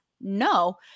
No